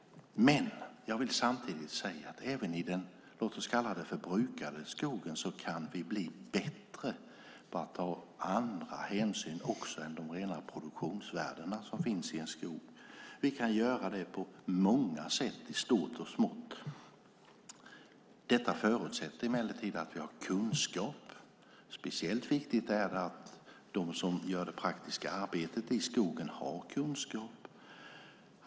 Jag vill dock samtidigt säga att även i det som vi kan kalla för den brukade skogen kan vi bli bättre på att ta andra hänsyn än bara till de rena produktionsvärden som finns i en skog. Vi kan göra det på många sätt i stort och smått. Det förutsätter emellertid att vi har kunskap. Speciellt viktigt är att de som gör det praktiska arbetet i skogen har kunskap.